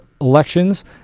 elections